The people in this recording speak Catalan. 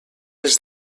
les